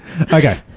Okay